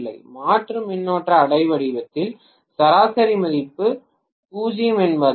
மாற்று மின்னோட்ட அலைவடிவத்தில் சராசரி மதிப்பு 0 என்பதால் டி